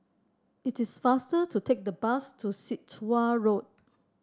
it is faster to take the bus to Sit Wah Road